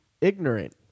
ignorant